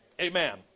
Amen